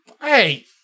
Hey